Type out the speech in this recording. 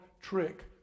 trick